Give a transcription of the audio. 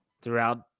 throughout